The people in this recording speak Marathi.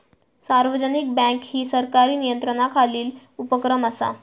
सार्वजनिक बँक ही सरकारी नियंत्रणाखालील उपक्रम असा